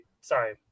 sorry